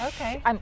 Okay